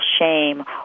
shame